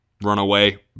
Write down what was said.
Runaway